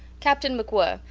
captain macwhirr,